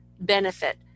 benefit